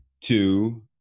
Two